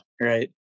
right